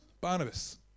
Barnabas